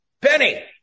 Penny